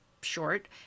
short